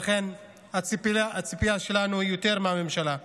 לכן הציפייה שלנו היא יותר מהממשלה.